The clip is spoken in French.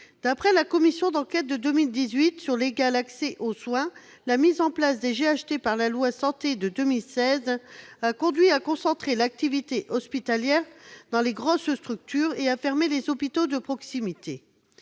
D'après la commission d'enquête de 2018 sur l'égal accès aux soins, la mise en place des GHT par la loi Santé de 2016 a conduit à concentrer l'activité hospitalière dans les grosses structures et à fermer les hôpitaux de proximité.